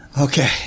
okay